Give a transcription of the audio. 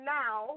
now